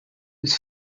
was